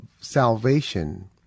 salvation